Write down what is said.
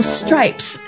stripes